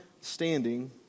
standing